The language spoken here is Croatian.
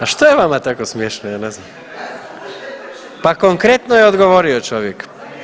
A šta je vama tako smiješno ja ne znam? … [[Upadica se ne razumije.]] Pa konkretno je odgovorio čovjek.